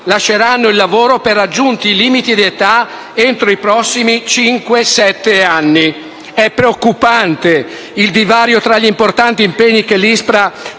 lasceranno il lavoro per raggiunti limiti di età entro i prossimi cinque-sette anni». È preoccupante il divario tra gli importanti impegni che l'ISPRA